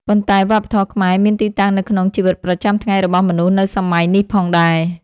ប៉ុន្តែវប្បធម៌ខ្មែរមានទីតាំងនៅក្នុងជីវិតប្រចាំថ្ងៃរបស់មនុស្សនៅសម័យនេះផងដែរ។